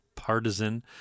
Partisan